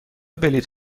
بلیط